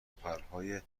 پرهای